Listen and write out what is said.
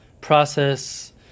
process